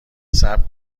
صبر